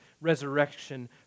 resurrection